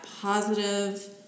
positive